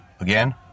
again